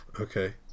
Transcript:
Okay